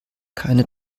keine